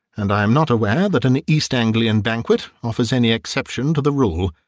and i am not aware that an east anglian banquet offers any exception to the rule.